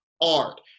art